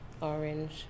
orange